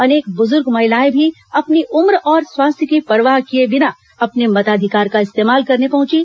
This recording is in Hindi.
अनेक बुज़र्ग महिलाएं भी अपनी उम्र और स्वास्थ्य की परवाह किए बिना अपने मताधिकार का इस्तेमाल करने पहुंची